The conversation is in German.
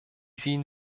sehen